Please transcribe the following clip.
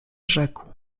rzekł